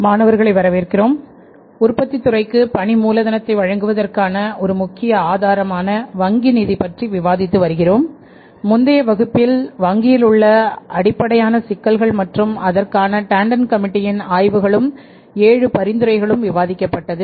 மாணவர்களை வரவேற்கிறோம் உற்பத்தித் துறைக்கு பணி மூலதனத்தை வழங்குவதற்கான ஒரு முக்கிய ஆதாரமான வங்கி நிதி பற்றி விவாதித்து வருகிறோம்முந்தைய வகுப்பில் வங்கியில் உள்ள அடிப்படையான சிக்கல்கள் மற்றும் அதற்கான டாண்டன் கமிட்டியின் ஆய்வுகளும் ஏழு பரிந்துரைகளும் விவாதிக்கப்பட்டது